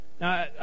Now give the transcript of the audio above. Now